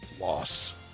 loss